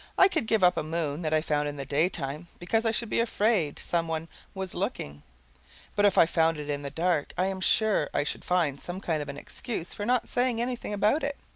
i could give up a moon that i found in the daytime, because i should be afraid some one was looking but if i found it in the dark, i am sure i should find some kind of an excuse for not saying anything about it.